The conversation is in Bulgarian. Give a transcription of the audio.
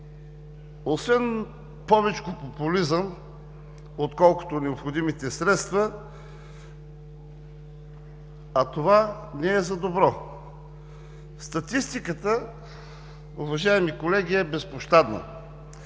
освен повечко популизъм, отколкото необходимите средства, а това не е за добро. Статистиката, уважаеми колеги, е безпощадна.